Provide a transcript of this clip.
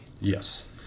Yes